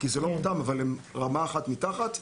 אבל הם רמה אחת מתחת,